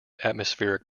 atmospheric